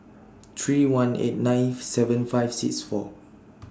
three one eight ninth seven five six four